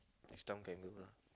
next time can do lah